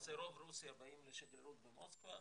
למעשה רוב רוסיה באים לשגרירות במוסקבה,